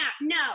No